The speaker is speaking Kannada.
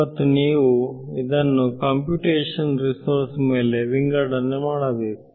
ಇವತ್ತು ನೀವು ಇವನ್ನು ಕಂಪ್ಯೂಟೇಶನ್ ರಿಸೋರ್ಸ್ ಮೇಲೆ ವಿಂಗಡನೆ ಮಾಡಬೇಕು